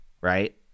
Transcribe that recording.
right